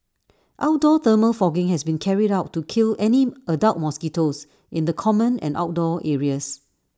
outdoor thermal fogging has been carried out to kill any adult mosquitoes in the common and outdoor areas